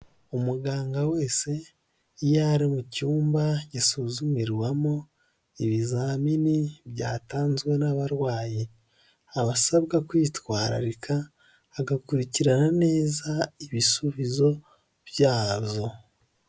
Umuganga wese iyo ari mu cyumba gisuzumirwamo ibizamini byatanzwe n'abarwayi, aba asabwa kwitwararika agakurikirana neza ibisubizo byazo.